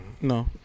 no